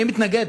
אני מתנגד